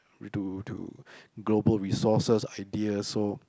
to to global resources ideas so